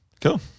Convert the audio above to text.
cool